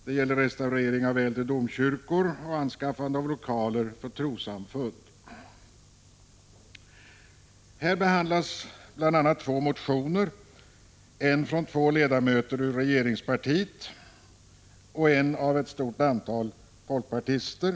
Det gäller restaurering av äldre domkyrkor och anskaffande av lokaler för trossamfund. Bl. a. behandlas två motioner, en motion som har väckts av två ledamöter tillhörande regeringspartiet och en motion som väckts av ett stort antal folkpartister.